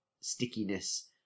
stickiness